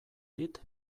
dit